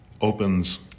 opens